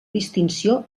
distinció